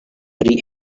pri